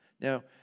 Now